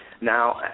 Now